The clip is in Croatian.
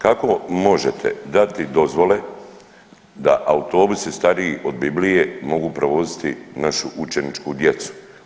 Kako možete dati dozvole da autobusi stariji od Biblije mogu prevoziti našu učeničku djecu?